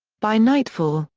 by nightfall,